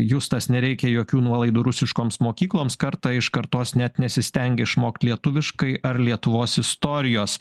justas nereikia jokių nuolaidų rusiškoms mokykloms karta iš kartos net nesistengia išmokt lietuviškai ar lietuvos istorijos